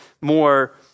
more